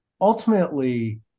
ultimately